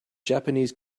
japanese